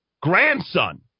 grandson